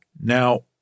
Now